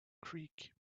creek